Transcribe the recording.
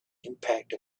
impact